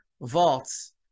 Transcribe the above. vaults